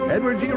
Edward